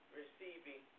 receiving